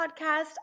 Podcast